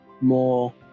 more